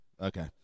Okay